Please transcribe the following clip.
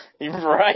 right